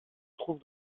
trouvent